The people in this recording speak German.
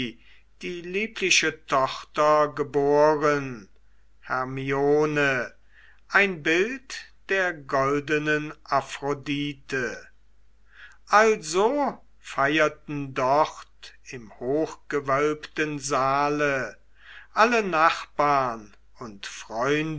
die liebliche tochter geboren hermione ein bild der goldenen aphrodite also feierten dort im hochgewölbten saale alle nachbarn und